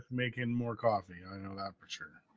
making more coffee i know that for sure.